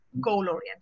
goal-oriented